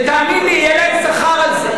ותאמין לי, יהיה להם שכר על זה.